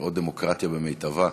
לראות דמוקרטיה במיטבה.